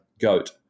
goat